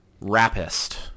rapist